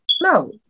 No